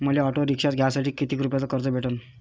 मले auto rickshaw घ्यासाठी कितीक रुपयाच कर्ज भेटनं?